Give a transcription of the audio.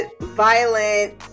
violent